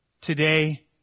today